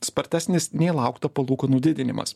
spartesnis nei laukta palūkanų didinimas